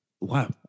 wow